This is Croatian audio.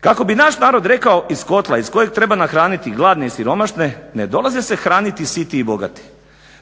kako bi naš narod rekao iz kotla iz kojeg treba nahraniti gladne i siromašne ne dolaze se hraniti siti i bogati.